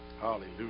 Hallelujah